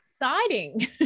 exciting